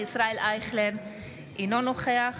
אינו נוכח